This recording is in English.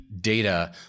data